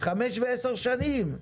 חמש ועשר שנים.